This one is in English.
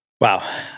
Wow